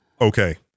Okay